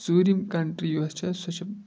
ژوٗرِم کَنٹری یۄس چھےٚ سۄ چھِ